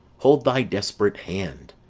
hold thy desperate hand.